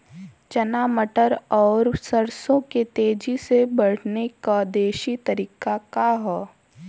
चना मटर और सरसों के तेजी से बढ़ने क देशी तरीका का ह?